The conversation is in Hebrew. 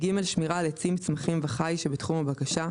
(ג)שמירה על עצים, צמחים וחי שבתחום הבקשה,